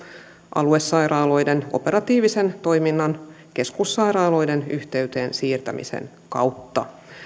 aluesairaaloiden operatiivisen toiminnan keskussairaaloiden yhteyteen siirtämisen kautta